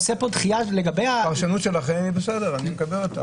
זו פרשנות שלכם, בסדר, אני מקבל אותה.